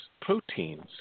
proteins